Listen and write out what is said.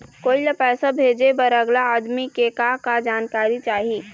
कोई ला पैसा भेजे बर अगला आदमी के का का जानकारी चाही?